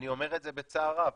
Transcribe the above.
אני אומר את זה בצער רב,